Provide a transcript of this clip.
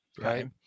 right